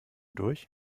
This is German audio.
durch